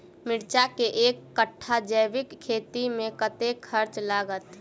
मिर्चा केँ एक कट्ठा जैविक खेती मे कतेक खर्च लागत?